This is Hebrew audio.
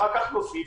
ואחר כך נוסיף,